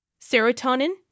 serotonin